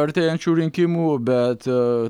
artėjančių rinkimų bet aaa